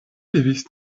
devis